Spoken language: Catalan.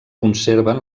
conserven